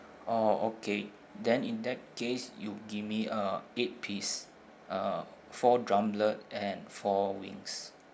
oh okay then in that case you give me uh eight piece uh four drummets and four wings